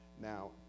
Now